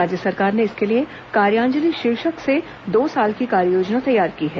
राज्य सरकार ने इसके लिए कार्याजलि शीर्षक से दो साल की कार्ययोजना तैयार की है